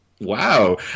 Wow